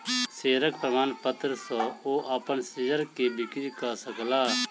शेयरक प्रमाणपत्र सॅ ओ अपन शेयर के बिक्री कय सकला